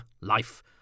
Life